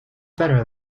better